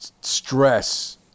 stress